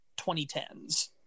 2010s